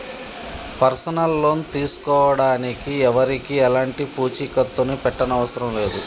personal loan తీసుకోడానికి ఎవరికీ ఎలాంటి పూచీకత్తుని పెట్టనవసరం లేదు